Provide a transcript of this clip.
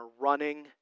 running